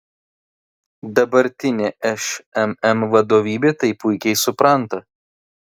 dabartinė šmm vadovybė tai puikiai supranta